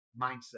Mindset